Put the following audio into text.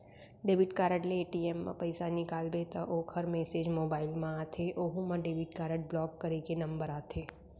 debit card ले ATM म पइसा निकालबे त ओकर मेसेज मोबाइल म आथे ओहू म डेबिट कारड ब्लाक करे के नंबर आथे